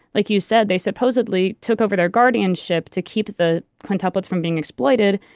like you said, they supposedly took over their guardianship to keep the quintuplets from being exploited,